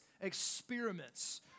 experiments